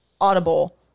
audible